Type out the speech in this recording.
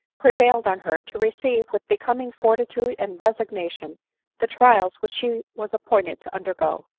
prevailed on her to receive with becoming fortitude and resignation the trials which she was appointed to undergo.